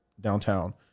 downtown